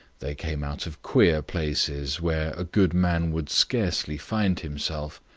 they came out of queer places, where a good man would scarcely find himself,